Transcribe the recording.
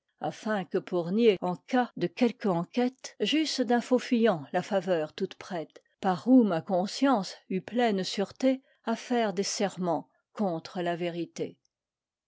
afin que pour nier en cas de quelque enquête j'eusse d'un faux-fuyant la faveur toute prête par où ma conscience eût pleine sûreté à faire des serments contre la vérité